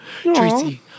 Tracy